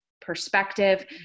perspective